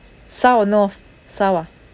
south or north south ah